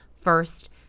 first